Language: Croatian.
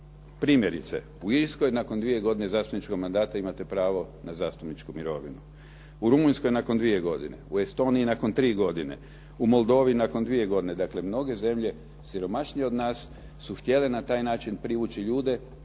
u Irskoj nakon 2 godine zastupničkog mandata imate pravo na zastupničku mirovinu, u Rumunjskoj nakon 2 godine, u Estoniji nakon 3 godine, u Moldovi nakon 2 godine. Dakle, mnoge zemlje siromašnije od nas su htjele na taj način privući ljude